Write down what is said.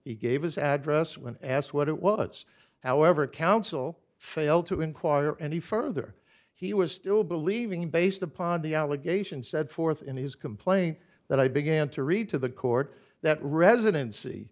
he gave his address when asked what it well it's however counsel failed to inquire any further he was still believing based upon the allegations set forth in his complaint that i began to read to the court that residency